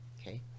okay